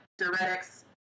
diuretics